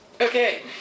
Okay